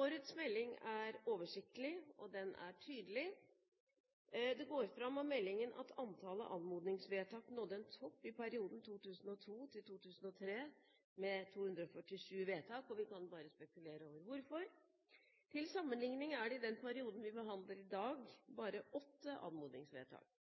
Årets melding er oversiktlig, og den er tydelig. Det går fram av meldingen at antallet anmodningsvedtak nådde en topp i perioden 2002–2003 med 247 vedtak. Vi kan bare spekulere på hvorfor. Til sammenlikning er det i den perioden vi behandler i dag, bare åtte anmodningsvedtak.